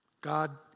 God